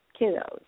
kiddos